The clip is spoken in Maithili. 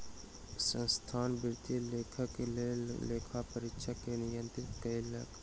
संस्थान वित्तीय लेखाक लेल लेखा परीक्षक के नियुक्ति कयलक